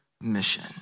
mission